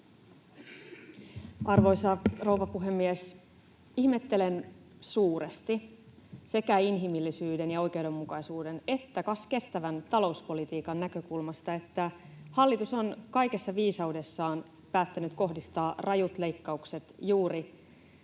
Arvoisa rouva puhemies! Ihmettelen suuresti sekä inhimillisyyden ja oikeudenmukaisuuden että kestävän talouspolitiikan näkökulmasta, että hallitus on kaikessa viisaudessaan päättänyt kohdistaa rajut leikkaukset juuri